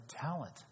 talent